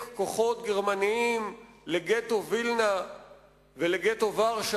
כוחות גרמניים לגטו וילנה ולגטו ורשה